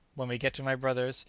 when we get to my brother's,